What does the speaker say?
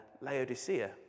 Laodicea